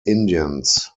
indians